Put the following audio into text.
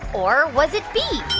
or was it b,